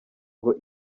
ngo